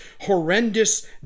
horrendous